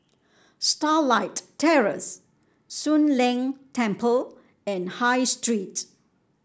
Starlight Terrace Soon Leng Temple and High Street